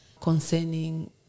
concerning